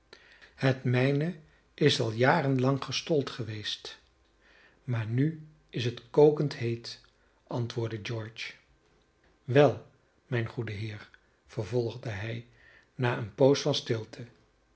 het mijne is al jarenlang gestold geweest maar nu is het kokend heet antwoordde george wel mijn goede heer vervolgde hij na een poos van stilte